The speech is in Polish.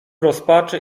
rozpaczy